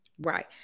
Right